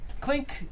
Clink